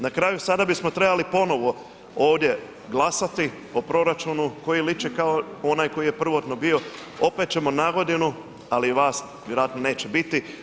Na kraju, sada bismo trebali ponovo ovdje glasati o proračunu koji liči kao onaj koji je prvotno bio, opet ćemo nagodinu, ali vas vjerojatno neće biti.